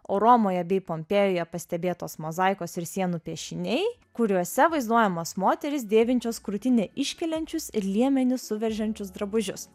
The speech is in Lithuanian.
o romoje bei pompėjoje pastebėtos mozaikos ir sienų piešiniai kuriuose vaizduojamos moterys dėvinčios krūtinę iškeliančius ir liemenį suveržiančius drabužius